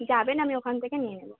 যাবেন আমি ওখান থেকে নিয়ে নেবো